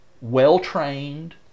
well-trained